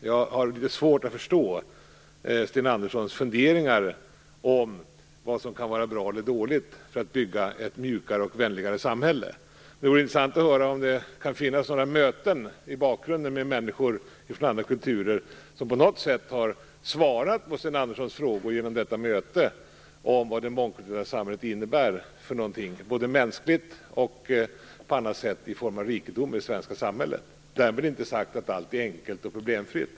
Jag har litet svårt att förstå Sten Anderssons funderingar om vad som kan vara bra eller dåligt när det gäller att bygga upp ett mjukare och vänligare samhälle. Det vore intressant att höra om Sten Andersson har någon bakgrund av möten med människor från andra kulturer som på något sätt har svarat på Sten Anderssons frågor om vad det mångkulturella samhället innebär, mänskligt och som en rikedom i det svenska samhället. Med det sagda menar jag inte att allt är enkelt och problemfritt.